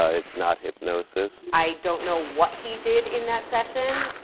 ah it's not hypnosis. i don't know what he did in that session,